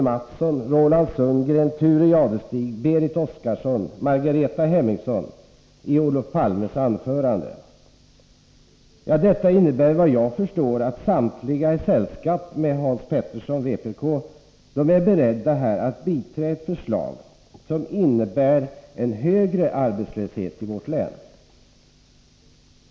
Mathsson, Roland Sundgren, Thure Jadestig, Berit Oscarsson och Margareta Hemmingsson i Olof Palmes anförande. Detta betyder efter vad jag förstår att samtliga i sällskap med Hans Petersson i Hallstahammar, vpk, är beredda att biträda ett förslag som innebär en högre arbetslöshet i vårt län.